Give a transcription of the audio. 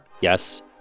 Yes